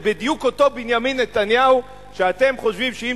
זה בדיוק אותו בנימין נתניהו שאתם חושבים שאם